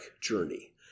journey